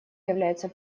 является